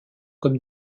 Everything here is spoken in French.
comme